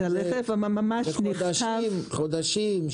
חודשים?